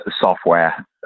software